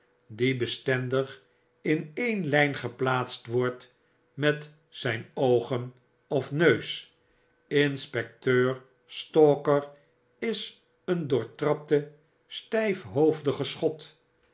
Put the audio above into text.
die bestendig in een lyn geplatst wordt met zyn oogen of neus inspecteur stalker is een doortrapte